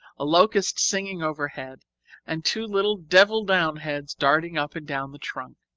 a locust singing overhead and two little devil downheads darting up and down the trunk.